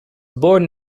born